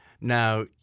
Now